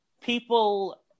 people